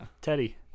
Teddy